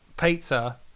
pizza